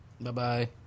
Bye-bye